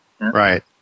Right